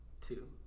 Two